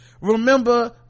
remember